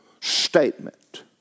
statement